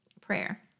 prayer